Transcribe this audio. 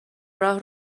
راه